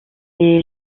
est